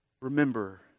Remember